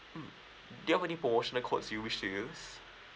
mm do you have any promotional codes you wish to use